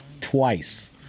twice